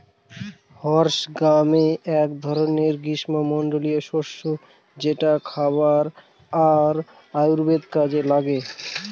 horse gram এক ধরনের গ্রীস্মমন্ডলীয় শস্য যেটা খাবার আর আয়ুর্বেদের কাজে লাগে